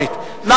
כן.